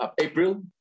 April